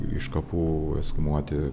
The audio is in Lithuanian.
iš kapų ekshumuoti